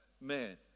man